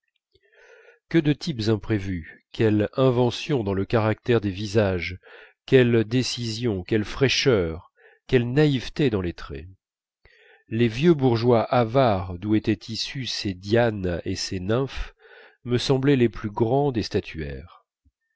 que de types imprévus quelle invention dans le caractère des visages quelle décision quelle fraîcheur quelle naïveté dans les traits les vieux bourgeois avares d'où étaient issues ces dianes et ces nymphes me semblaient les plus grands des statuaires